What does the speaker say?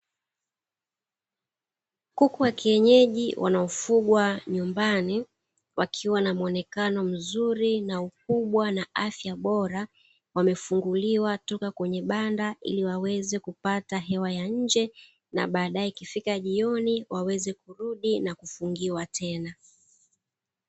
Kuku wa kienyeji wanaofungwa nyumbani, wakiwa na muonekano mzuri na ukubwa na wenye afya bora, wamefunguliwa kutoka kwenye banda ili waweze kupata hewa ya nje, na baadae, ikifika jioni waweze kurudi na kufungiwa tena.